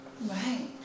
Right